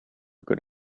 good